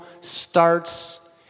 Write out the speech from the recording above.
starts